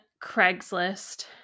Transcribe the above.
craigslist